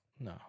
no